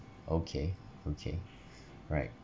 okay okay right